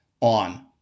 on